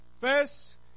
First